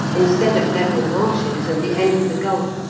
instead of level marshes and the end of the gulf,